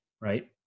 right